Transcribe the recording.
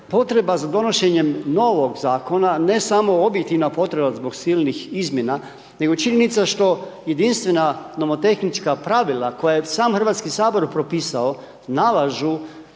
potreba za donošenjem novog zakona ne samo objektivna potreba zbog silnih izmjena nego činjenica što jedinstvena novotehnička pravila koje je sam Hrvatski sabor propisao, nalažu